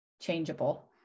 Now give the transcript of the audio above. changeable